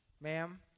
Ma'am